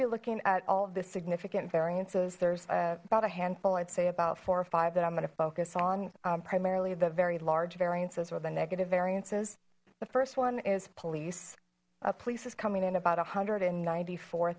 to be looking at all the significant variances there's about a handful i'd say about four or five that i'm going to focus on primarily the very large variances or the negative variances the first one is police a police is coming in about a hundred and ninety four